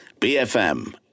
BFM